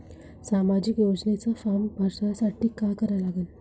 सामाजिक योजनेचा फारम भरासाठी का करा लागन?